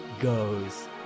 goes